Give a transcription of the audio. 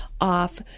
off